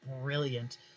brilliant